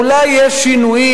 אולי יש שינויים,